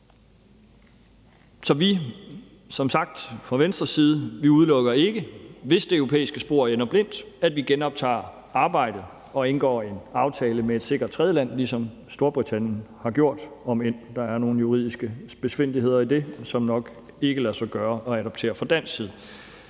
vi som sagt ikke, hvis det europæiske spor ender blindt, at vi genoptager arbejdet og indgår en aftale med et sikkert tredjeland, ligesom Storbritannien har gjort, om end der er nogle juridiske spidsfindigheder i det, som nok ikke lader sig gøre at adoptere fra dansk side.